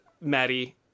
Maddie